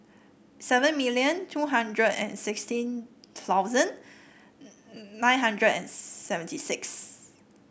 seven million two hundred and sixteen thousand nine hundred and seventy six